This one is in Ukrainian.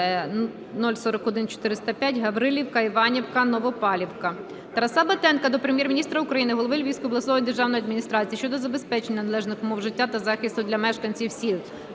О-041405 (Гаврилівка-Іванівка-Новопавлівка). Тараса Батенка до Прем'єр-міністра України, голови Львівської обласної державної адміністрації щодо забезпечення належних умов життя та захисту для мешканців сіл